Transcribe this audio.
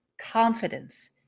confidence